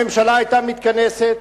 הממשלה היתה מתכנסת,